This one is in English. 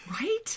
Right